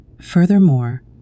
Furthermore